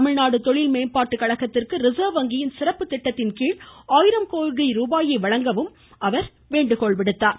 தமிழ்நாடு தொழில்மேம்பாட்டு கழகத்திற்கு ரிசர்வ் வங்கியின் சிறப்பு திட்டத்தின் கீழ் ஆயிரம் கோடி ரூபாயை வழங்கவும் அவர் கேட்டுக்கொண்டார்